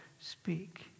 speak